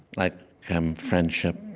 like and friendship,